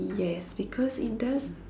yes because it does